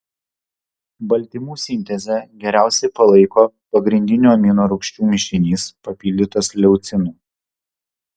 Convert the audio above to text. baltymų sintezę geriausiai palaiko pagrindinių aminorūgščių mišinys papildytas leucinu